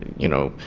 you know,